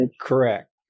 Correct